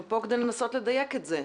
אנחנו פה כדי לנסות לדייק את זה.